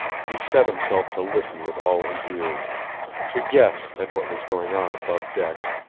he set himself to listen with all his ears to guess at what was going on above decks,